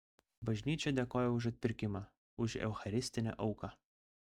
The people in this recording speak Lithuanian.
bažnyčia dėkoja už atpirkimą už eucharistinę auką